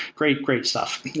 great, great stuff.